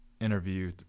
interview